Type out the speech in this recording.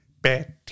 Betty